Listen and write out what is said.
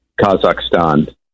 Kazakhstan